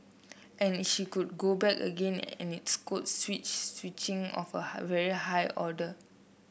and she could go back again and it's code switch switching of a very high order